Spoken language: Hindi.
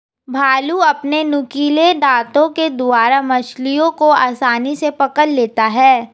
भालू अपने नुकीले दातों के द्वारा मछलियों को आसानी से पकड़ लेता है